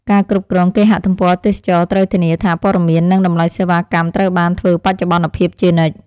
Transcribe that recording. អ្នកគ្រប់គ្រងគេហទំព័រទេសចរណ៍ត្រូវធានាថា ព័ត៌មាននិងតម្លៃសេវាកម្មត្រូវបានធ្វើបច្ចុប្បន្នភាពជានិច្ច។